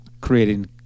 creating